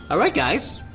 ah right guys,